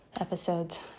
episodes